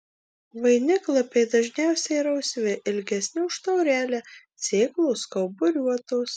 vainiklapiai dažniausiai rausvi ilgesni už taurelę sėklos kauburiuotos